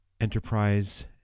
enterprise